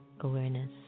awareness